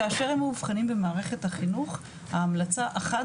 כאשר הם מאובחנים במערכת החינוך ההמלצה החד